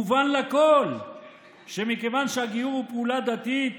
מובן לכול שמכיוון שהגיור הוא פעולה דתית,